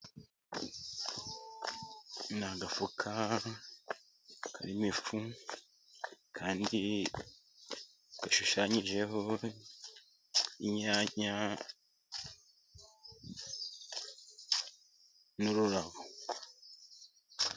Ni agafuka karimo ifu, kandi gashushanyijeho inyanya n'ururabo.